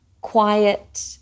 quiet